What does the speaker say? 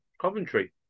Coventry